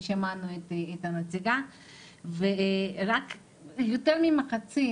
שמענו את הנציגה ורק יותר ממחצית